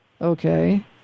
Okay